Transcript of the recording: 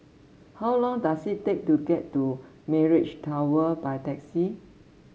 how long does it take to get to Mirage Tower by taxi